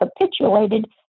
capitulated